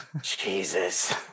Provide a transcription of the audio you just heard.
Jesus